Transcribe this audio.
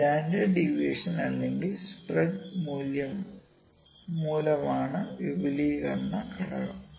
standard deviation അല്ലെങ്കിൽ spread മൂലമാണ് വിപുലീകരണ ഘടകം